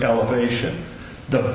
elevation the